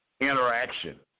interaction